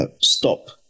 stop